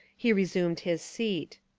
he resumed his seat.